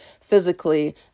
physically